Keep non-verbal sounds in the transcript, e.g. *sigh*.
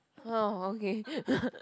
oh okay *laughs*